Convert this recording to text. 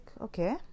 okay